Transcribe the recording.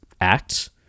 act